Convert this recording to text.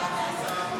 עף